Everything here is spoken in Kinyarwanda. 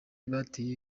bateye